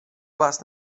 vás